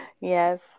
Yes